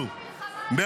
שנה